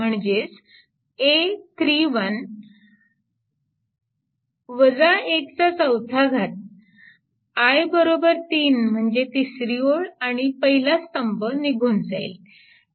म्हणजे a31 चा चौथा घात i3 म्हणजे तिसरी ओळ आणि पहिला स्तंभ निघून जाईल